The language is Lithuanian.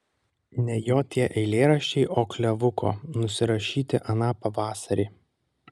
ne jo tie eilėraščiai o klevuko nusirašyti aną pavasarį